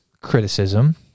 criticism